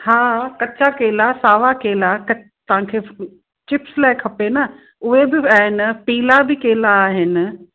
हा कच्चा केला सावा केला कच तव्हां खे चिप्स लाइ खपे न उहे बि आहिनि पीला बि केला आहिनि